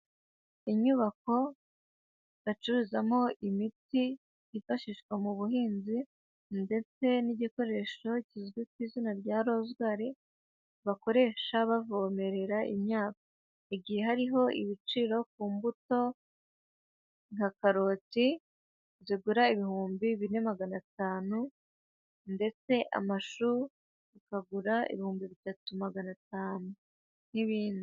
Inyubako bacururizamo imiti yifashishwa mu buhinzi ndetse n'igikoresho kizwi ku izina rya rozwari bakoresha bavomerera imyaka. Igihe hariho ibiciro ku mbuto nka karoti zigura ibihumbi bine magana atanu ndetse amashu akagura ibihumbi bitatu magana atanu n'ibindi.